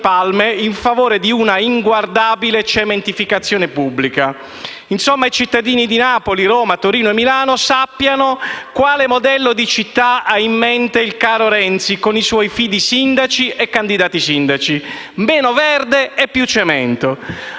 palme in favore di una inguardabile cementificazione pubblica. Insomma, i cittadini di Roma, Napoli, Torino e Milano sappiano quale modello di città ha in mente il caro Renzi, con i suoi fidi sindaci e candidati sindaci: meno verde e più cemento.